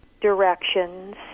directions